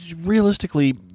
realistically